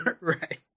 Right